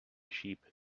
sheep